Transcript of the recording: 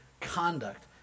conduct